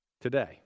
today